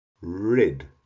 rid